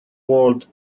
world